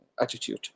attitude